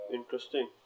Interesting